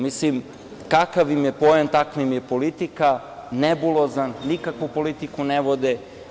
Mislim, kakav im je pojam, takva im je politika, nebulozan, nikakvu politiku ne vodi.